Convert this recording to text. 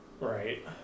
Right